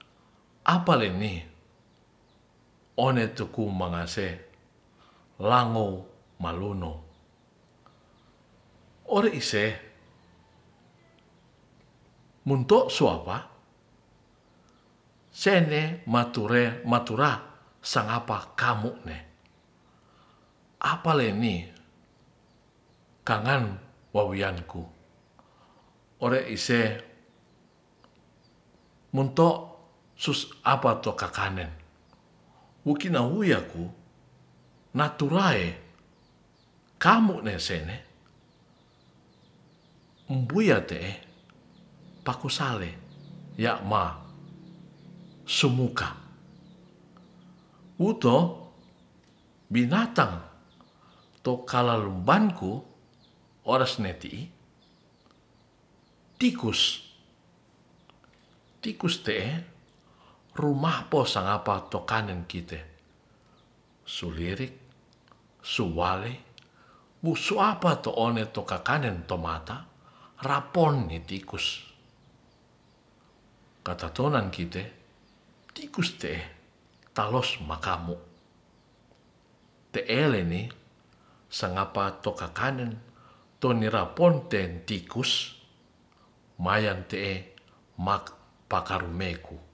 Apaleni onetuku mangase langow maluno ore ise munto suapa sene matura sangapa kamu' ne apaleni kangan wowianku ore ise munto' sus apato kakanen wowiaku natulae kamunesene mbuyate'e pakusale ya'ma sumuka wuto binatang to kalalumbanku oresneti'i tikus, tikus te'e rumahpo sangapa tokanen kite. su lirik, su walei, wo suapa toone to kakanen rumata raponen tikus ktatonan kite tikus te'e talos makamu te'e leni sangapa tokakanen tone raponten tikus mayon te'e mak pakarumeku.